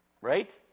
right